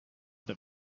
that